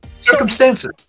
Circumstances